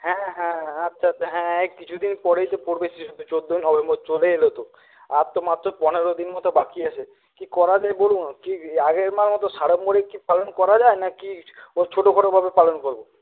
হ্যাঁ হ্যাঁ হ্যাঁ আচ্ছা আচ্ছা হ্যাঁ এই কিছুদিন পরেই তো পড়বে শিশু চৌদ্দোই নভেম্বর চলে এল তো আর তো মাত্র পনেরো দিন মতো বাকি আছে কী করা যায় বলুন কী আগের মতো সাড়ম্বরেই কি পালন করা যায় নাকি ও ছোটো কোনোভাবে পালন করব